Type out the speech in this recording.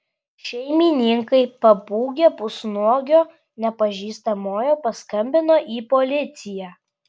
šeimininkai pabūgę pusnuogio nepažįstamojo paskambino į policiją